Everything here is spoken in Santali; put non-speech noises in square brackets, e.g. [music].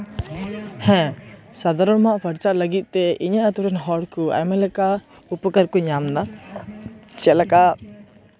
ᱦᱮᱸ ᱥᱟᱫᱷᱟᱨᱚᱱ [unintelligible] ᱯᱷᱟᱨᱪᱟᱜ ᱞᱟᱹᱜᱤᱫ ᱛᱮ ᱤᱧᱟᱹᱜ ᱟᱛᱳ ᱨᱮᱱ ᱦᱚᱲ ᱠᱚ ᱟᱭᱢᱟ ᱞᱮᱠᱟ ᱩᱯᱚᱠᱟᱨ ᱠᱚ ᱧᱟᱢᱫᱟ ᱪᱮᱫᱞᱮᱠᱟ